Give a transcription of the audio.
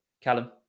Callum